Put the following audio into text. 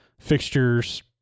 fixtures